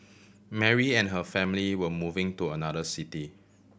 Mary and her family were moving to another city